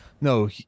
no